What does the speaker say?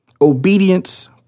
obedience